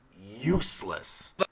useless